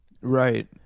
Right